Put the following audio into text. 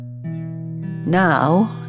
Now